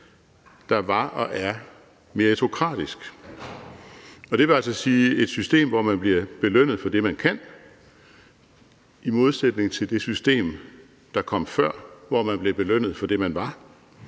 der var og er meritokratisk, og det vil altså sige et system, hvor man bliver belønnet for det, man kan, i modsætning til det system, der kom før, hvor man blev belønnet for det, man var.